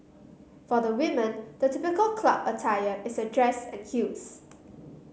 for the women the typical club attire is a dress and heels